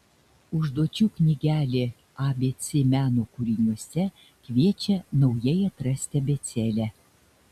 užduočių knygelė abc meno kūriniuose kviečia naujai atrasti abėcėlę